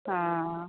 ആ